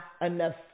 enough